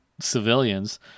civilians